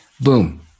boom